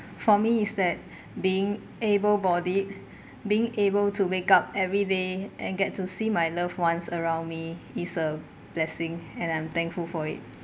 for me is that being able bodied being able to wake up everyday and get to see my loved ones around me is a blessing and I'm thankful for it